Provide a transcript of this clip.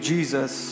Jesus